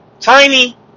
Tiny